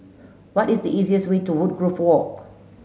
what is the easiest way to Woodgrove Walk